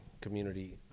community